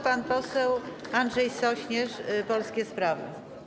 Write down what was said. Pan poseł Andrzej Sośnierz, Polskie Sprawy.